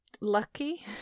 lucky